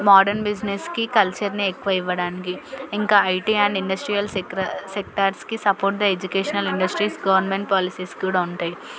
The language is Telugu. మోడర్న్ బిజినెస్కి కల్చర్ని ఎక్కువ ఇవ్వడానికి ఇంకా ఐటీ అండ్ ఇండస్ట్రియల్ సెక్టార్స్కి సపోర్ట్గా ఎడ్యుకేషనల్ ఇండస్ట్రీస్ గవర్నమెంట్ పాలసీస్ కూడా ఉంటాయి